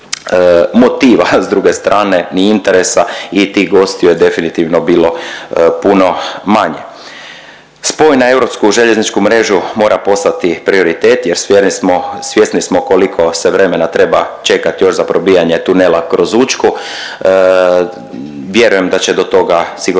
motiva s druge strane ni interesa i tih gostiju je definitivno bilo puno manje. Spoj na europsku željezničku mrežu mora postati prioritet jer svjesni smo koliko se vremena treba čekati još za probijanje tunela kroz Učku, vjerujem da će do toga sigurno